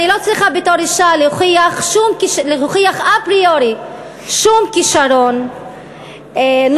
אני לא צריכה בתור אישה להוכיח אפריורי שום כישרון נוסף.